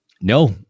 No